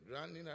running